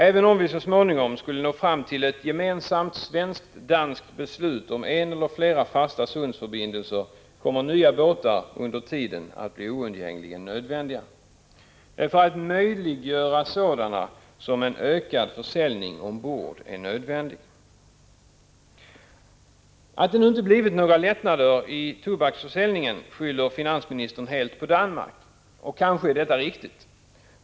Även om vi så småningom skulle nå fram till ett gemensamt svenskt/danskt beslut om en eller flera fasta sundsförbindelser kommer nya båtar under tiden att bli oundgängligen nödvändiga. Det är för att möjliggöra sådana som ökad försäljning ombord är nödvändig. Att det nu inte har blivit några lättnader i tobaksförsäljningen skyller finansministern helt på Danmark, och kanske är detta riktigt.